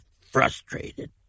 frustrated